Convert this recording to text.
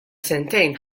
sentejn